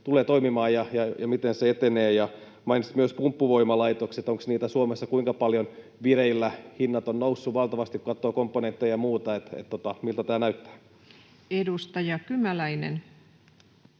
tulee toimimaan ja miten se etenee? Mainitsit myös pumppuvoimalaitokset. Kuinka paljon niitä on Suomessa vireillä? Hinnat ovat nousseet valtavasti, kun katsoo komponentteja ja muuta. Miltä tämä näyttää? [Speech